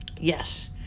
yes